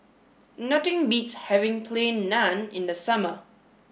nothing beats having plain Naan in the summer